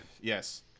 Yes